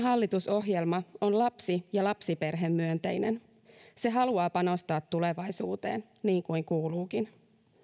hallitusohjelma on lapsi ja lapsiperhemyönteinen se haluaa panostaa tulevaisuuteen niin kuin kuuluukin